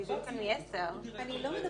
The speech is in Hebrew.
זה לא תופעה של עדים שנמצאים בחו"ל, ואנחנו